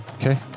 Okay